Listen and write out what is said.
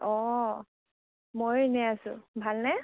অঁ ময়ো এনে আছোঁ ভালনে